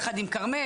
יחד עם כרמל,